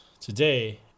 today